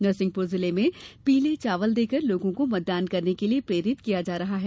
नरसिंहपुर जिले में पीले चावल देकर लोगों को मतदान करने के लिये प्रेरित किया जा रहा है